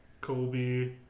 Kobe